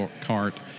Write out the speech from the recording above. cart